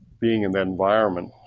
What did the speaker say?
being in that environment.